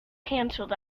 canceled